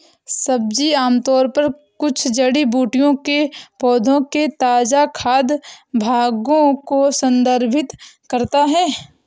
सब्जी आमतौर पर कुछ जड़ी बूटियों के पौधों के ताजा खाद्य भागों को संदर्भित करता है